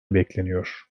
bekleniyor